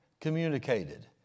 communicated